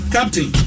Captain